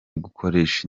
gukoresha